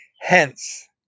Hence